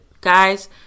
guys